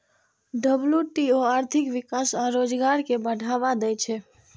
WTO आर्थिक विकास आ रोजगार कें बढ़ावा दै छै